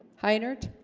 hi nert